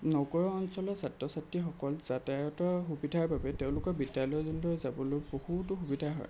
নগৰ অঞ্চলৰ ছাত্ৰ ছাত্ৰীসকল যাতায়াতৰ সুবিধাৰ বাবে তেওঁলোকৰ বিদ্যালয়লৈ যাবলৈ বহুতো সুবিধা হয়